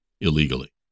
illegally